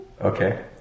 okay